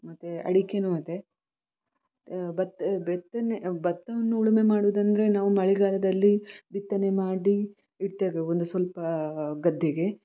ಮತ್ತು ಅಡಿಕೆನೂ ಅದೇ ಬತ್ ಬಿತ್ತನೆ ಭತ್ತವನ್ನು ಉಳುಮೆ ಮಾಡುವುದಂದರೆ ನಾವು ಮಳೆಗಾಲದಲ್ಲಿ ಬಿತ್ತನೆ ಮಾಡಿ ಇಡ್ತೇವೆ ಒಂದು ಸ್ವಲ್ಪ ಗದ್ದೆಗೆ